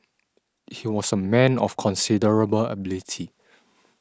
he was a man of considerable ability